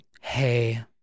Hey